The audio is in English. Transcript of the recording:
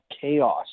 chaos